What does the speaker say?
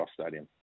Stadium